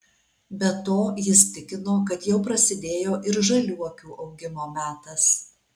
be to jis tikino kad jau prasidėjo ir žaliuokių augimo metas